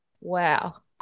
Wow